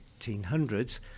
1800s